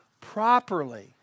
properly